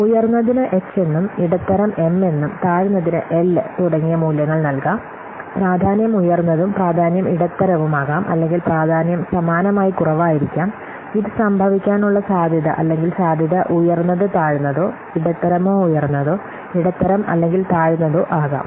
ഉയർന്നതിന് H എന്നും ഇടത്തരം M എന്നും താഴ്ന്നതിന് എൽ തുടങ്ങിയ മൂല്യങ്ങൾ നൽകാം പ്രാധാന്യം ഉയർന്നതും പ്രാധാന്യം ഇടത്തരവും ആകാം അല്ലെങ്കിൽ പ്രാധാന്യം സമാനമായി കുറവായിരിക്കാം ഇത് സംഭവിക്കാനുള്ള സാധ്യത അല്ലെങ്കിൽ സാധ്യത ഉയർന്നത് താഴ്ന്നതോ ഇടത്തരമോ ഉയർന്നതോ ഇടത്തരം അല്ലെങ്കിൽ താഴ്ന്നതോ ആകാം